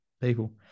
people